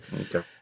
okay